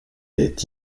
est